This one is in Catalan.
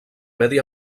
medi